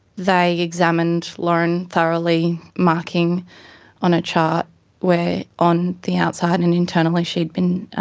they examined lauren thoroughly, marking on a chart where on the outside and internally she'd been